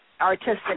artistic